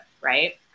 right